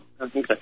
Okay